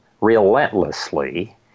relentlessly